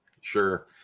sure